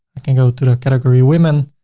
i can go to the category women,